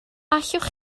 allwch